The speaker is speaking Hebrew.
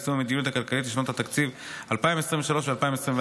ליישום המדיניות הכלכלית לשנות התקציב 2023 ו-2024),